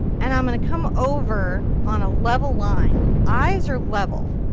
and i'm going to come over on a level line. eyes are level.